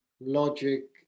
logic